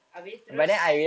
habis terus